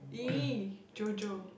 !ee! JoJo